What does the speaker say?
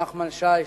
נחמן שי,